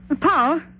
Paul